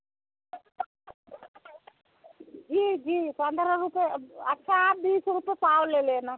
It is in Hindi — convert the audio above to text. जी जी पन्द्रह रुपये अब अच्छा आप बीस रुपये पाव ले लेना